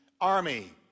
army